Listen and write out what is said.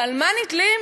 ועל מה נתלים?